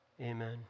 Amen